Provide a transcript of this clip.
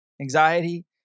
Anxiety